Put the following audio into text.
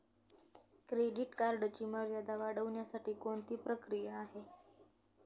Credit कार्डची मर्यादा वाढवण्यासाठी कोणती प्रक्रिया आहे?